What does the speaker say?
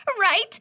Right